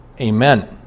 amen